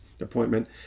appointment